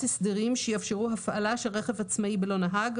הסדרים שיאפשרו הפעלה של רכב עצמאי בלא נהג,